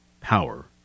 power